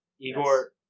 Igor